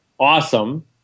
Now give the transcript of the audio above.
Awesome